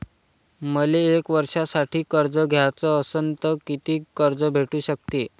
मले एक वर्षासाठी कर्ज घ्याचं असनं त कितीक कर्ज भेटू शकते?